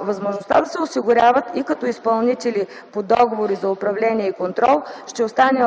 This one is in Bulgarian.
Възможността да се осигуряват и като изпълнители по договори за управление и контрол ще остане